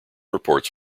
reports